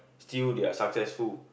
still they're successful